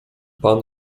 pan